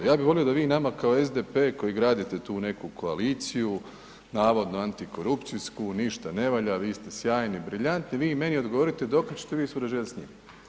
Ja bi volio da vi nama kao SDP koji gradite tu neku koaliciju navodno Antikorupcijsku, ništa ne valja, vi ste sjajni, briljantni, vi meni odgovorite dokad ćete vi surađivat s njim?